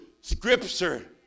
scripture